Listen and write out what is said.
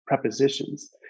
prepositions